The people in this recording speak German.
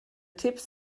tipps